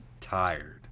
tired